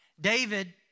David